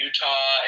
Utah